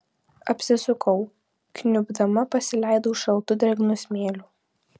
apsisukau kniubdama pasileidau šaltu drėgnu smėliu